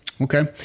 Okay